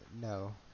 no